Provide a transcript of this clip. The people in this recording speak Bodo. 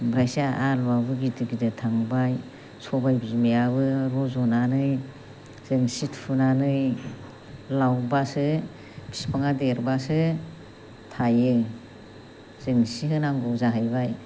ओमफ्रायसो आलुआबो गिदिर गिदिर थांबाय सबाइ बिमायाबो रज'नानै जोंसि थुनानै लावबासो बिफाङा देरबासो थाइयो जोंसि होनांगौ जाहैबाय